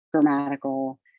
grammatical